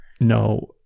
No